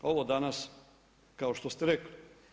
Ovo danas kao što ste rekli.